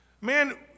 man